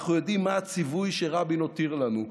אנחנו יודעים מה הציווי שרבין הותיר לנו,